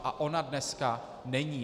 A ona dneska není.